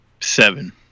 Seven